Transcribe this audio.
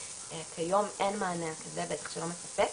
כיום אין מענה כזה, בטח שלא מספק.